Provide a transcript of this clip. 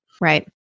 Right